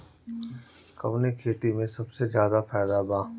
कवने खेती में सबसे ज्यादा फायदा बा?